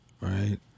Right